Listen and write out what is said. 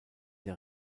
der